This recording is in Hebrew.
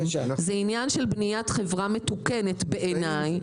זה עניין של בניית חברה מתוקנת בעיני,